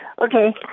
Okay